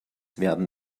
werden